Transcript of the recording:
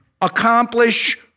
accomplish